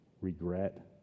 regret